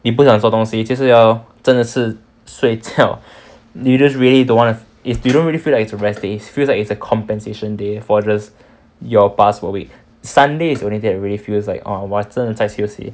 你不想做东西就是要真的是睡觉 you just really don't to you don't really feel like it's a rest day feels like it's a compensation day for the your past one week sunday is only that really feels like 我真的在休息